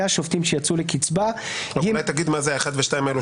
שופטים שיצאו לקיצבה"; אולי תגיד מה זה ה-1 וה-2?